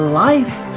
life